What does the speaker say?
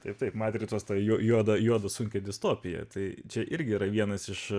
taip taip matricos tai juoda juoda sunki distopija tai čia irgi yra vienas iš